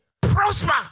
prosper